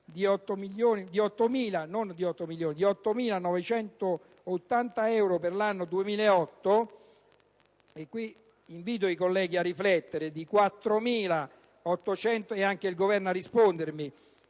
di 8.980 euro per l'anno 2008 e ‑ qui invito i colleghi a riflettere e il Governo a rispondermi